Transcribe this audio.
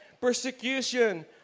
Persecution